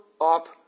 up